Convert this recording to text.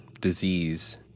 disease